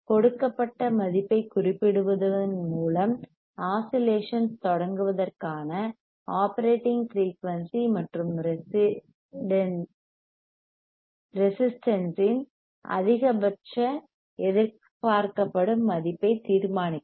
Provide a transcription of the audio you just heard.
கொடுக்கப்பட்ட மதிப்பைக் குறிப்பிடுவதன் மூலம் ஆஸிலேஷன்ஸ் தொடங்குவதற்கான ஒப்ரேடிங் ஃபிரீயூன்சி மற்றும் ரெசிஸ்டன்ஸ் இன் அதிகபட்ச எதிர்பார்க்கப்படும் மதிப்பை தீர்மானிக்கவும்